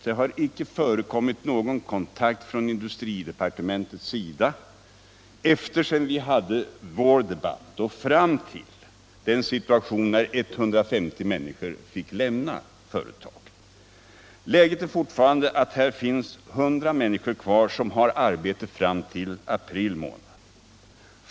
Det har icke förekommit någon kontakt från industridepartementets sida efter det att vi hade vår debatt och fram till den dag då 150 anställda fick lämna företaget. Läget är nu att där finns 100 människor kvar som har arbete till april månad.